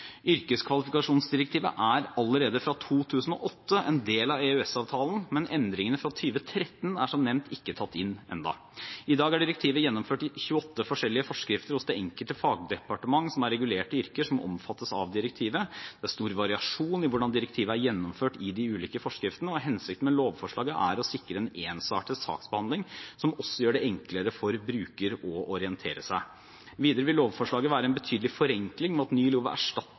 Yrkeskvalifikasjonsdirektivet er allerede fra 2008 en del av EØS-avtalen, men endringene fra 2013 er som nevnt ikke tatt inn ennå. I dag er direktivet gjennomført i 28 forskjellige forskrifter hos de enkelte fagdepartement som regulerer yrker som omfattes av direktivet. Det er stor variasjon i hvordan direktivet er gjennomført i de ulike forskriftene, og hensikten med lovforslaget er å sikre en ensartet saksbehandling, som også gjør det enklere for brukeren å orientere seg. Videre vil lovforslaget være en betydelig forenkling, ved at en ny lov erstatter